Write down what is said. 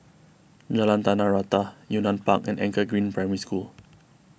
Jalan Tanah Rata Yunnan Park and Anchor Green Primary School